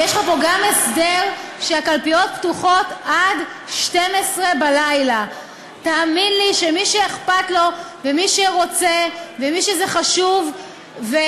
ויש לך פה גם הסדר שהקלפיות פתוחות עד 24:00. תאמין לי שמי שאכפת לו ומי שרוצה ומי שזה חשוב לו,